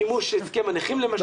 מימוש הסכם הנכים למשל,